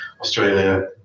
Australia